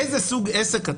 איזה סוג עסק אתה?